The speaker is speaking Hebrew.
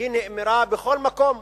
היא נאמרה בכל מקום,